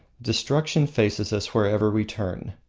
destruction faces us wherever we turn.